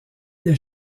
des